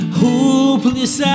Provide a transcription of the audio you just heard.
hopeless